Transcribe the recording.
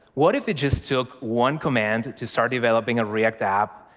what if it just took one command to start developing a react app,